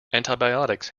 antibiotics